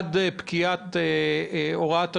עד פקיעת הוראת השעה,